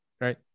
right